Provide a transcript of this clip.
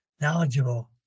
knowledgeable